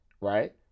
Right